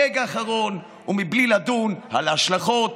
ברגע האחרון ובלי לדון על ההשלכות